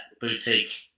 boutique